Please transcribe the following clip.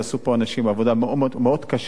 עשו פה אנשים עבודה מאוד קשה,